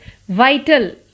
vital